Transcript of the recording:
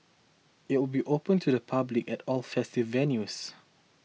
it will be open to the public at all festival venues